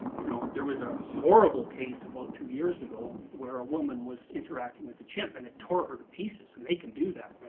you know there was a horrible case about two years ago, where a woman was interacting with a chimp and it tore her to pieces, and they can do that.